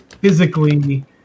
physically